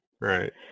Right